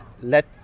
let